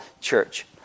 church